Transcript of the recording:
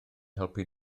helpu